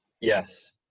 Yes